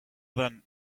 then